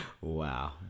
Wow